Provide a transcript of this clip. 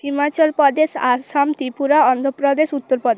Himachal Pradesh Assam Tripura Andhra Pradesh Uttar Pradesh